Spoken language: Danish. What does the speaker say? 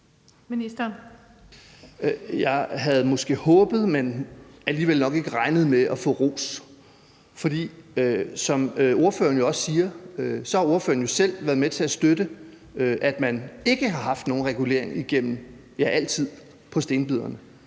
Jeg havde måske håbet, men alligevel nok ikke regnet med at få ros. For som ordføreren også siger, har ordføreren jo selv været med til at støtte, at man ikke har haft nogen regulering på stenbiderne